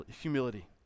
humility